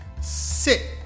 sit